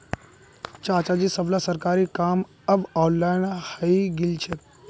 चाचाजी सबला सरकारी काम अब ऑनलाइन हइ गेल छेक